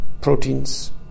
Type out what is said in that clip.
Proteins